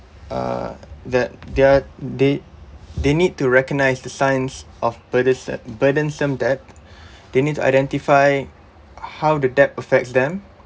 uh that they're they they need to recognise the signs of burdenso~ burdensome debt they need to identify how the debt affects them